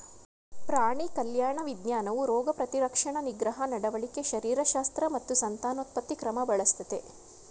ಪ್ರಾಣಿ ಕಲ್ಯಾಣ ವಿಜ್ಞಾನವು ರೋಗ ಪ್ರತಿರಕ್ಷಣಾ ನಿಗ್ರಹ ನಡವಳಿಕೆ ಶರೀರಶಾಸ್ತ್ರ ಮತ್ತು ಸಂತಾನೋತ್ಪತ್ತಿ ಕ್ರಮ ಬಳಸ್ತದೆ